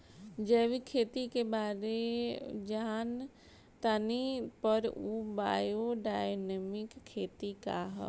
जैविक खेती के बारे जान तानी पर उ बायोडायनमिक खेती का ह?